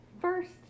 first